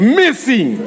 missing